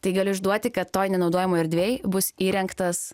tai galiu išduoti kad toj nenaudojamoj erdvėj bus įrengtas